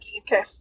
Okay